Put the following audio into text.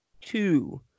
two